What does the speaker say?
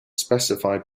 specify